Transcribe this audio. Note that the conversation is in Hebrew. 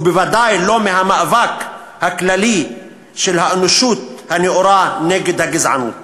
ובוודאי שלא מהמאבק הכללי של האנושות הנאורה נגד הגזענות.